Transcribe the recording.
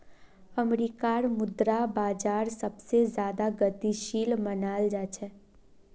अमरीकार मुद्रा बाजार सबसे ज्यादा गतिशील मनाल जा छे